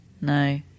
No